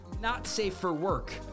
not-safe-for-work